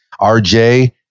RJ